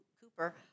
Cooper